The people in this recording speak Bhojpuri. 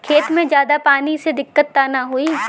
खेत में ज्यादा पानी से दिक्कत त नाही होई?